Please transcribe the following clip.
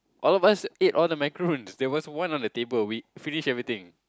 all of us eat all of the macaroon there was one on the table we finish everything